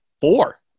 four